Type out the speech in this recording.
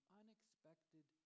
unexpected